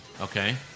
Okay